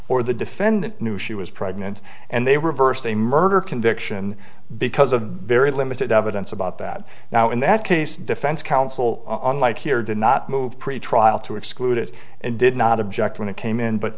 or the defendant knew she was pregnant and they reversed a murder conviction because of the very limited evidence about that now in that case defense counsel on light here did not move pretrial to exclude it and did not object when it came in but